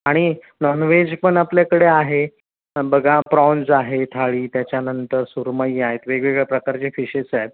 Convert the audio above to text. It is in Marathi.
आणि नॉन व्हेज पण आपल्याकडे आहे बघा प्रॉन्ज आहे थाळी त्याच्यानंतर सुरमई आहेत वेगवेगळ्या प्रकारचे फिशेस आहेत